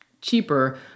Cheaper